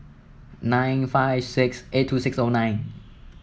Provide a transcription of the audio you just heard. nine five six eight two six O nine